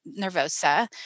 nervosa